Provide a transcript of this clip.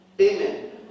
Amen